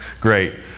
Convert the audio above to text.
Great